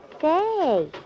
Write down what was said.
say